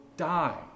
die